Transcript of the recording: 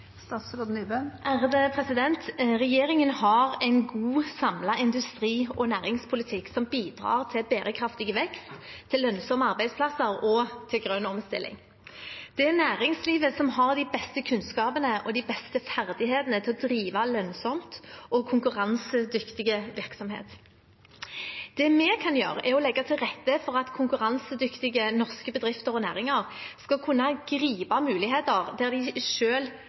Regjeringen har en god samlet industri- og næringspolitikk som bidrar til bærekraftig vekst, til lønnsomme arbeidsplasser og til grønn omstilling. Det er næringslivet som har de beste kunnskapene og de beste ferdighetene til å drive lønnsom og konkurransedyktig virksomhet. Det vi kan gjøre, er å legge til rette for at konkurransedyktige norske bedrifter og næringer skal kunne gripe muligheter der de